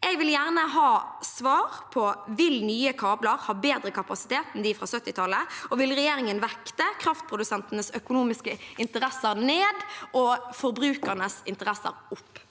Jeg vil gjerne ha svar på om nye kabler vil ha bedre kapasitet enn de fra 1970-tallet. Og vil regjeringen vekte kraftprodusentenes økonomiske interesser ned, og forbrukernes interesser opp?